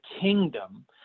kingdom